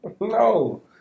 No